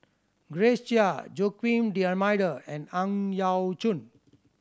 Grace Chia Joaquim D'Almeida and Ang Yau Choon